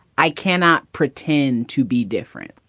i cannot pretend to be different.